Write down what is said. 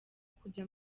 kujya